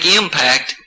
impact